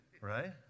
Right